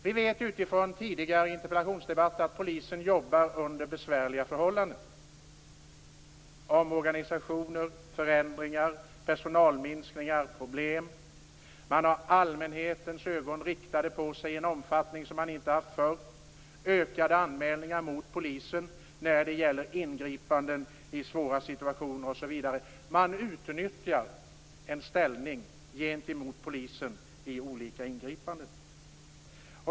Vi vet från tidigare interpellationsdebatter att polisen jobbar under besvärliga förhållanden, med omorganisationer, förändringar, personalminskningar och olika problem. Man har allmänhetens ögon riktade på sig i en omfattning som man inte har haft förr. Det är ökade anmälningar mot polisen när det gäller ingripanden i svåra situationer osv. Man utnyttjar en ställning gentemot polisen vid olika ingripanden.